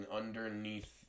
underneath